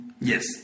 Yes